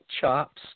chops